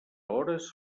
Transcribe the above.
hores